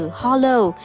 hollow